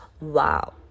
wow